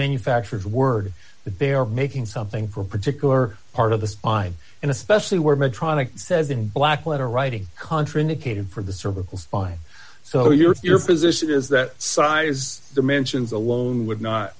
manufacturers word that they are making something for a particular part of the spine and especially where medtronic says in black letter writing contraindicated for the cervical spine so your position is that size dimensions alone would not